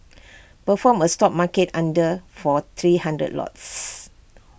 perform A stop market order for three hundred lots